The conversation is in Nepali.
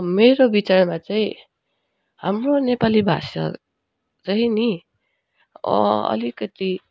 मेरो विचारमा चाहिँ हाम्रो नेपाली भाषा चाहिँ नि अलिकति